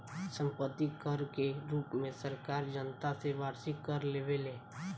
सम्पत्ति कर के रूप में सरकार जनता से वार्षिक कर लेवेले